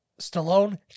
Stallone